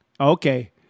Okay